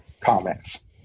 comments